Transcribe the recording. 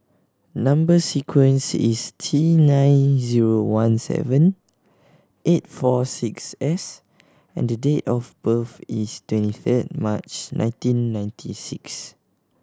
number sequence is T nine zero one seven eight four six S and date of birth is twenty eight March nineteen ninety six